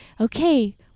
okay